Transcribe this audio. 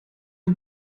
man